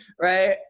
Right